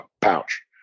pouch